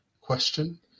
question